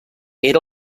era